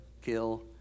kill